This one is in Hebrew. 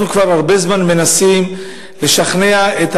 אנחנו כבר הרבה זמן מנסים לשכנע את